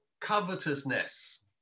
covetousness